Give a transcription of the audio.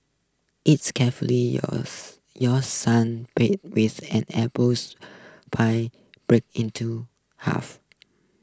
it's carefully yours your sun base an apples pie brake into half